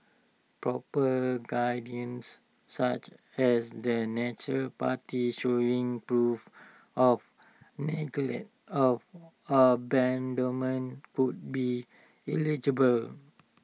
proper such as the neutral party showing proof of neglect or abandonment could be illegible